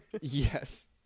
Yes